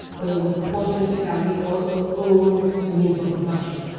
but it was important that we also own the means of production